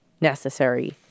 necessary